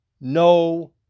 no